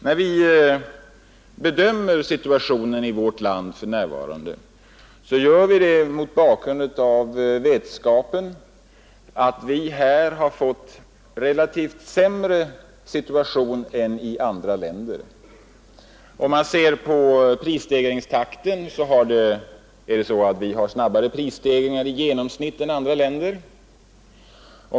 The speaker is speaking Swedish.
När vi bedömer situationen i vårt land för närvarande gör vi det mot bakgrunden av vetskapen att vi här har fått en relativt sämre situation än man fått i andra länder. Om vi ser på prisstegringstakten kan vi konstatera att vi i genomsnitt har snabbare prisstegringar i vårt land än i andra länder.